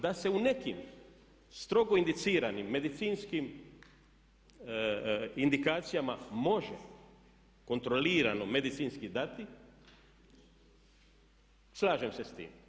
Da se u nekim strogo indiciranim medicinskim indikacijama može kontrolirano medicinski dati slažem se s tim.